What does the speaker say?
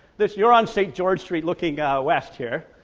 this you're on st. george street looking west here,